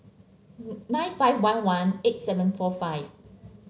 nine five one one eight seven four five